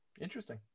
Interesting